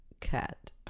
cat